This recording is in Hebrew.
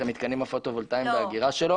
את המתקנים הפוטו וולטאיים ואת האגירה שלו?